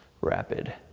rapid